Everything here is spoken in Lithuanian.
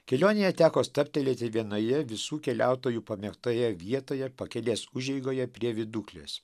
kelionėje teko stabtelėti vienoje visų keliautojų pamėgtoje vietoje pakelės užeigoje prie viduklės